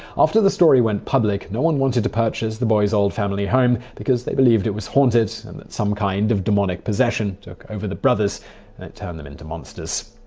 after the story went public, no one wanted to purchase the boys' old family home, because they believed it was haunted, and that some kind of demonic possession took over the brothers that turned them into monsters.